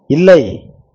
இல்லை